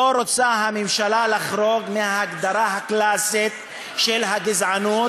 הממשלה לא רוצה לחרוג מההגדרה הקלאסית של הגזענות.